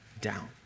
down